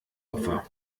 opfer